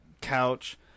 couch